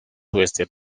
western